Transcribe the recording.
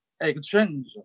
exchange